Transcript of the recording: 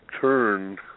turn